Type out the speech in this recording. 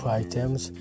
items